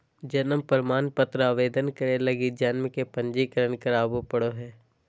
जन्म प्रमाण पत्र आवेदन करे लगी जन्म के पंजीकरण करावे पड़ो हइ